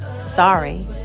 Sorry